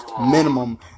minimum